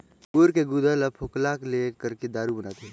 अंगूर के गुदा ल फोकला ले करके दारू बनाथे